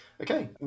Okay